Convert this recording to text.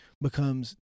becomes